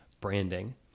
branding